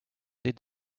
did